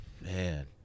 Man